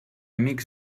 amics